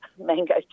mango